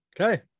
Okay